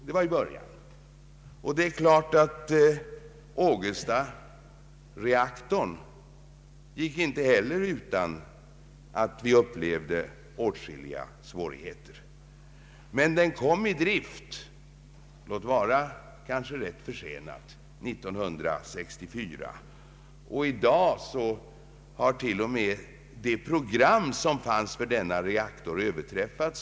Det är klart att Ågestareaktorn inte heller gick utan åtskilliga svårigheter, men den kom i drift, låt vara kanske rätt försenat, 1964. I dag har det program som fanns för denna reaktor t.o.m. överträffats.